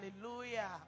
Hallelujah